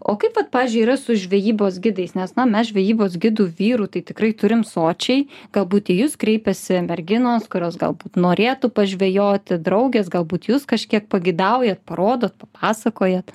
o kaip vat pavyzdžiui yra su žvejybos gidais nes na mes žvejybos gidų vyrų tai tikrai turim sočiai galbūt į jus kreipiasi merginos kurios galbūt norėtų pažvejoti draugės galbūt jūs kažkiek pagidaujat parodot papasakojat